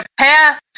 path